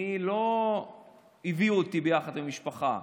אני, לא הביאו אותי ביחד עם המשפחה.